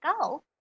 go